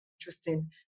interesting